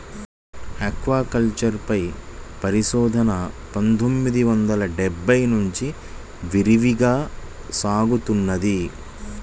aquaculture పై పరిశోధన పందొమ్మిది వందల డెబ్బై నుంచి విరివిగా సాగుతున్నది